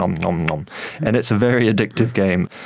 um um and um and it's a very addictive game.